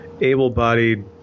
able-bodied